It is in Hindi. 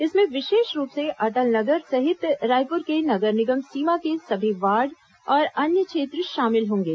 इसमें विशेष रूप से अटल नगर सहित रायपूर के नगर निगम सीमा के सभी वार्ड और अन्य क्षेत्र शामिल होंगे